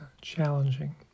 challenging